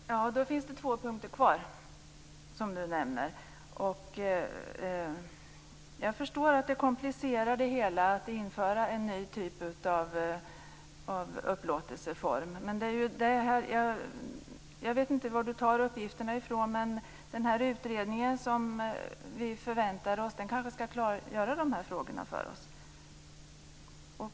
Fru talman! Det finns två punkter kvar, som Sten Lundström nämner. Jag förstår att det komplicerar det hela att införa en ny typ av upplåtelseform. Jag vet inte var Sten Lundström hämtar sina uppgifter, men den utredning som vi förväntar oss kanske kan klargöra dessa frågor för oss.